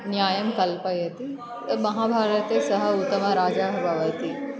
न्यायं कल्पयति महाभारते स उत्तमः राजा भवति